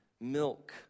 milk